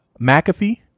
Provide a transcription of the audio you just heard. McAfee